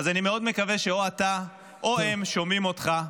אז אני מאוד מקווה שאתה או הם שומעים אותך,